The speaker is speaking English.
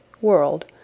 world